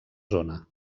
zona